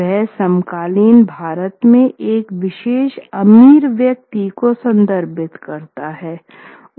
वह समकालीन भारत में एक विशेष अमीर व्यक्ति को संदर्भित करता है